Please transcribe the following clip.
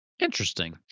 Interesting